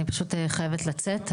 אני פשוט חייבת לצאת.